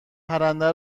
پرنده